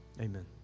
Amen